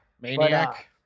Maniac